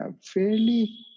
fairly